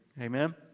Amen